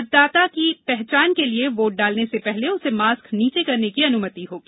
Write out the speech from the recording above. मतदाता की पहचान के लिये वोट डालने से पहले उसे मास्क नीचे करने की अनुमति होगी